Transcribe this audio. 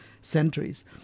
centuries